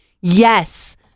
yes